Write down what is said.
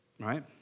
Right